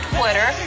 Twitter